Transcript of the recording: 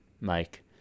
mike